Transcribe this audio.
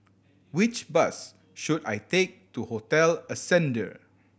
which bus should I take to Hotel Ascendere